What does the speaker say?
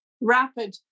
rapid